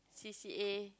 C_C_A